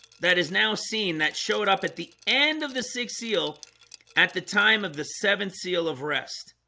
that is now seen that showed up at the end of the sixth seal at the time of the seventh seal of rest